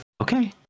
Okay